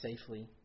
safely